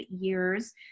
years